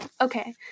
Okay